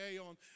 on